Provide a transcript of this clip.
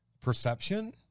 perception